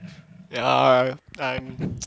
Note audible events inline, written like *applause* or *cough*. ya err I *noise*